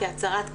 כהצהרת כוונות,